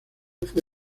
fue